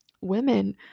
women